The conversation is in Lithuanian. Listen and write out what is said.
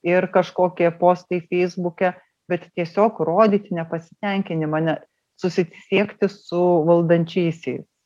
ir kažkokie postai feisbuke bet tiesiog rodyti nepasitenkinimą ne susisiekti su valdančiaisiais